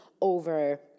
over